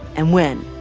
and when?